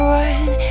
one